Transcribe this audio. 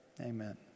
amen